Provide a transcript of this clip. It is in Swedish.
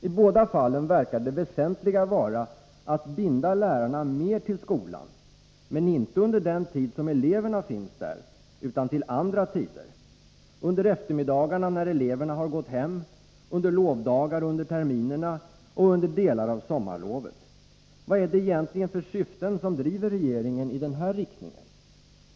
I båda fallen verkar det väsentliga vara att binda lärarna mer till skolan — men inte under den tid som eleverna finns där, utan till andra tider: under eftermiddagarna, när eleverna har gått hem, under lovdagar under terminerna och under delar av sommarlovet. Vad är det egentligen för syften som driver regeringen i den här riktningen?